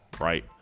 right